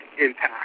impact